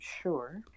sure